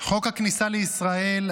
חוק הכניסה לישראל,